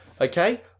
okay